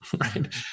Right